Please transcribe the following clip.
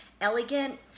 elegant